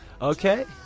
Okay